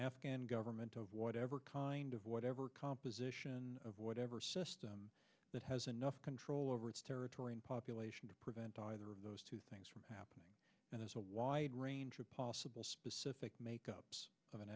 afghan government of whatever kind of whatever composition of whatever that has enough control over its territory and population to prevent either of those two things from happening and there's a wide range of possible specific makeup of an